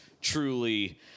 truly